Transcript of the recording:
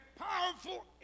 Powerful